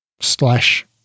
slash